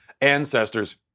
ancestors